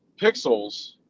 Pixels